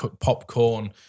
popcorn